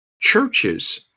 churches